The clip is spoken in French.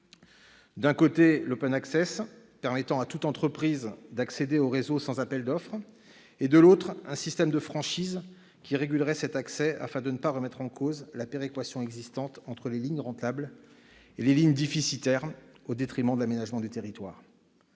d'un côté, l', permettant à toute entreprise d'accéder au réseau sans appel d'offres ; de l'autre, un système de franchises qui régulerait cet accès afin de ne pas remettre en cause la péréquation existant entre les lignes rentables et les lignes déficitaires, au détriment de l'aménagement du territoire.